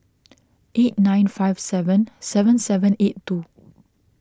eight nine five seven seven seven eight two